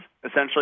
essentially